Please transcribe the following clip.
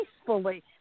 peacefully